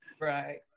right